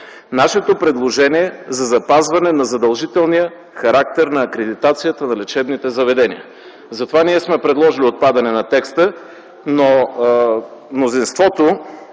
Нашето предложение е за запазване на задължителния характер на акредитацията на лечебните заведения, затова сме предложили отпадане на текста. Мнозинството